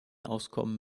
auskommen